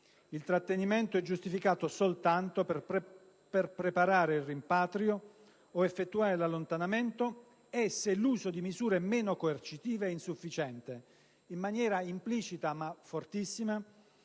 Il trattenimento è giustificato soltanto per preparare il rimpatrio o effettuare l'allontanamento e se l'uso di misure meno coercitive è insufficiente». In maniera implicita, ma fortissima,